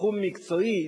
תחום מקצועי,